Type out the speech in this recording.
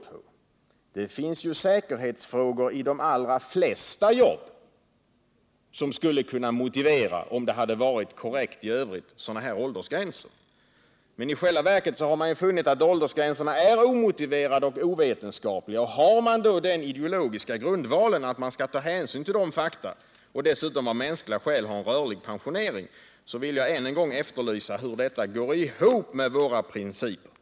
Det finns säkerhetsfrågor i de allra flesta jobb som, om det hade varit korrekt i övrigt, skulle kunna motivera sådana här åldersgränser. Men i själva verket har man ju funnit att åldersgränserna är omotiverade och ovetenskapliga. Har man då den ideologiska grundvalen att man skall ta hänsyn till dessa fakta och dessutom av mänskliga skäl ha en rörlig pensionsålder, så vill jag än en gång efterlysa hur detta går ihop med våra principer.